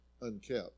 unkept